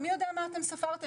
מי יודע מה אתם ספרתם?